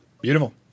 Beautiful